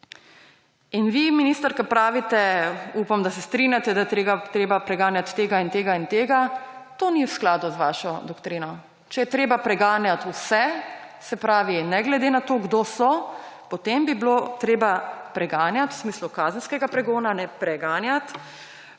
In vi, minister, ko pravite, upam, da se strinjate, da je treba preganjati tega in tega in tega, to ni v skladu z vašo doktrino. Če je treba preganjati vse, se pravi ne glede na to, kdo so, potem bi bilo treba preganjati – v smislu kazenskega pregona, ne preganjati